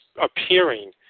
appearing